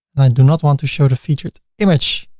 do not want to show the featured image.